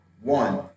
One